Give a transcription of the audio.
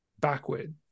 backward